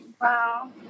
Wow